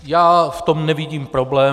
Já v tom nevidím problém.